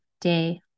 day